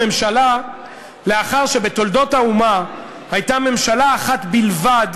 הממשלה לאחר שבתולדות האומה הייתה ממשלה אחת בלבד